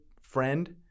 friend